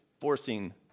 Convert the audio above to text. forcing